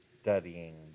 Studying